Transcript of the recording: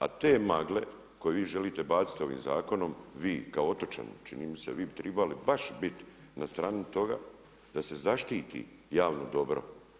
A te magle koje vi želite baciti ovim zakonom, vi kao otočani čini mi se, vi bi trebali baš biti na strani toga da se zaštiti javno dobro.